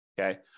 Okay